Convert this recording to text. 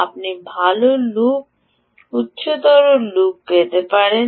আপনি ভাল লুপ লাভ উচ্চ লুপ লাভ পেতে পারেন